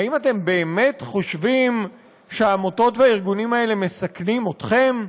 האם אתם באמת חושבים שהעמותות והארגונים האלה מסכנים אתכם?